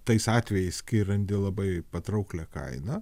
tais atvejais kai randi labai patrauklią kainą